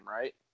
right